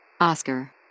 Oscar